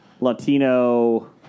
Latino